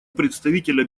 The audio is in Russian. представителя